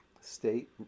state